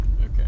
Okay